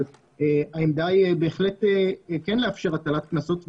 אבל העמדה היא בהחלט כן לאפשר הטלת קנסות מנהליים,